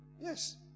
Yes